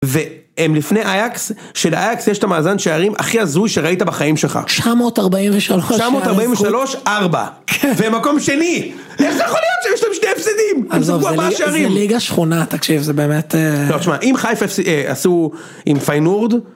והם לפני אייאקס, שלאייאקס יש את המאזן שערים הכי הזוי שראית בחיים שלך. 943 שערי זכות. 943-4. כן. ובמקום שני, איך זה יכול להיות שיש להם שתי הפסדים? עזוב זה זה ליגה שכונה, תקשיב, זה באמת... לא, תשמע, אם חיפה עשו עם פיינורד,